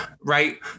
right